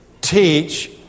teach